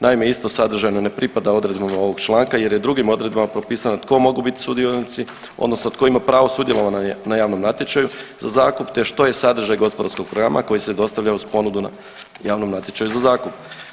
Naime, isto sadržajno ne pripada odredbama ovog članka jer je drugim odredbama propisano tko mogu bit sudionici, odnosno tko ima pravo sudjelovanja na javnom natječaju za zakup, te što je sadržaj gospodarskog programa koji se dostavlja uz ponudu na javnom natječaju za zakup.